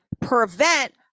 prevent